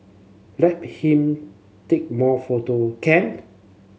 let him take more photo can